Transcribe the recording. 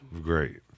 Great